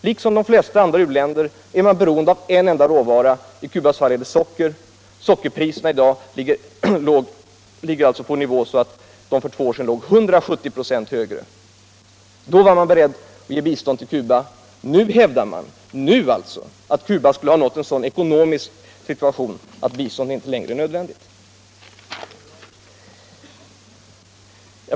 Liksom de flesta andra u-länder är Cuba beroende av en enda råvara — i Cubas fall socker. Priserna på socker var som sagt 170 få högre för två år sedan. Då var man beredd att ge bistånd till Cuba. Nu hävdar man att Cuba skulle ha nått en sådan ekonomisk situation att bistånd inte längre är nödvändigt.